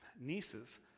nieces